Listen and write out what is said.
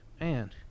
man